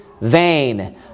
vain